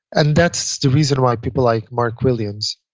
and that's the reason why people like mark williams